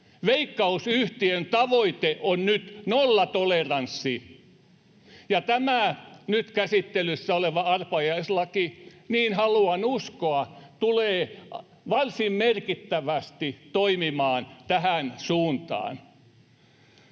Veikkaus-yhtiön tavoite on nyt nollatoleranssi, ja tämä nyt käsittelyssä oleva arpajaislaki, niin haluan uskoa, tulee varsin merkittävästi toimimaan tähän suuntaan.